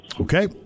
Okay